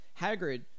Hagrid